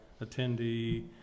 attendee